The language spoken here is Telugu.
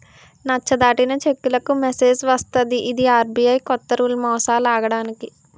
నచ్చ దాటిన చెక్కులకు మెసేజ్ వస్తది ఇది ఆర్.బి.ఐ కొత్త రూల్ మోసాలాగడానికి